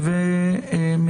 אבל יש